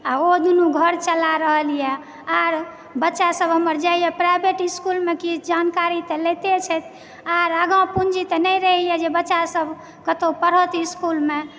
आ ओ दुनू घर चला रहलए आओर बच्चासभ हमर जाइए प्राइवेट इस्कूलमे किछु जानकारी तऽ लयते छथि आओर आगाँ पुँजी तऽ नहि रहयए जे बच्चासभ कतहुँ पढ़त इस्कूलमे